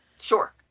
Sure